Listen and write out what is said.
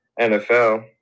NFL